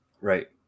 right